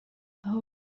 aho